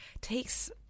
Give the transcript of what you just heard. takes